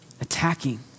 attacking